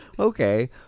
Okay